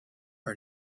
our